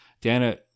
Dana